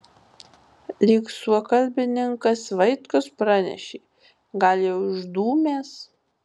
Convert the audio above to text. lyg suokalbininkas vaitkus pranešė gal jau išdūmęs